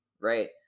right